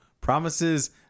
promises